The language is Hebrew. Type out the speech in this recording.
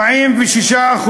46%